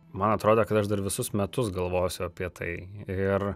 man atrodo kad aš dar visus metus galvosiu apie tai ir